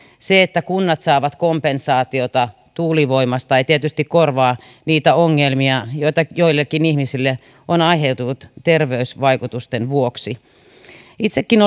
se että kunnat saavat kompensaatiota tuulivoimasta ei tietysti korvaa niitä ongelmia joita joillekin ihmisille on aiheutunut terveysvaikutusten vuoksi itsekin